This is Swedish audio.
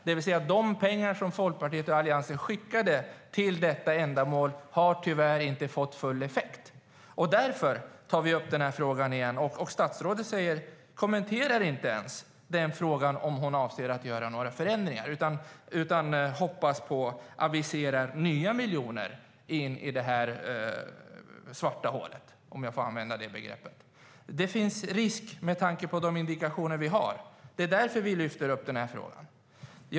De pengar som Folkpartiet och Alliansen skickade till detta ändamål har tyvärr inte fått full effekt. Därför tar vi upp frågan igen. Statsrådet kommenterar inte ens frågan ifall hon avser att göra några förändringar, utan hoppas på och aviserar nya miljoner in i det svarta hålet, om jag får använda det begreppet. Med tanke på de indikationer vi har finns det risker, och därför lyfter vi upp den här frågan.